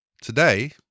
today